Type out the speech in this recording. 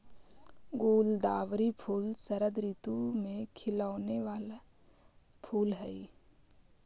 गुलदावरी फूल शरद ऋतु में खिलौने वाला फूल हई